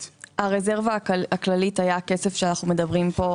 הרזרבה הכללית היא הכסף שעליו אנחנו מדברים פה,